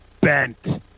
bent